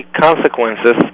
consequences